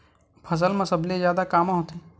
फसल मा सबले जादा कामा होथे?